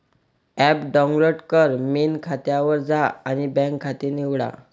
app download कर, main खात्यावर जा आणि बँक खाते निवडा